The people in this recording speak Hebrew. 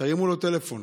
תרימו לו טלפון